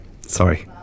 Sorry